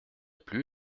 plu